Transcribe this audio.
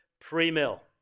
pre-mill